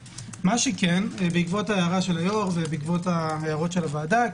בעקבות הערת היו"ר והערות הוועדה,